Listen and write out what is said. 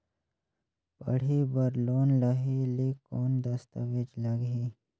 पढ़े बर लोन लहे ले कौन दस्तावेज लगही?